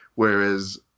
Whereas